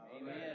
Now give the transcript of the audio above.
Amen